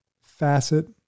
facet